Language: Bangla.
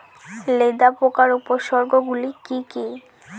লেদা পোকার উপসর্গগুলি কি কি?